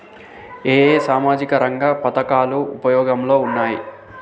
ఏ ఏ సామాజిక రంగ పథకాలు ఉపయోగంలో ఉన్నాయి?